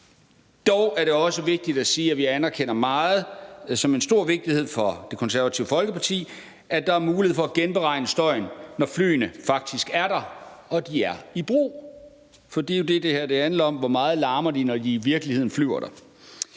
Dog er det også vigtigt at sige, at vi i høj grad anerkender – som en stor vigtighed for Det Konservative Folkeparti – at der er mulighed for at genberegne støjen, når flyene faktisk er der og er i brug. For det er jo det, det her handler om: Hvor meget larmer de, når de i virkeligheden flyver der?